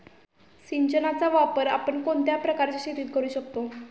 सिंचनाचा वापर आपण कोणत्या प्रकारच्या शेतीत करू शकतो?